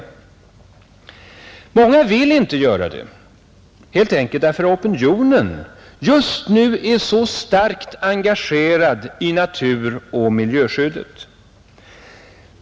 Många vill inte göra det, helt enkelt därför att opinionen just nu är så starkt engagerad i naturoch miljöskyddet.